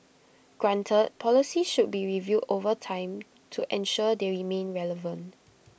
granted policies should be reviewed over time to ensure they remain relevant